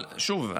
אבל שוב,